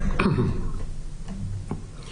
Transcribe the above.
ואתם יכולים לראות איך המקלט נראה.